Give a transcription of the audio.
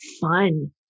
fun